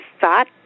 thought